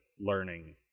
learning